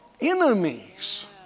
enemies